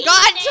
God